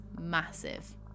massive